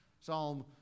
Psalm